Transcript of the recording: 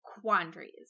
quandaries